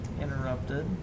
interrupted